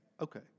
Okay